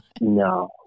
no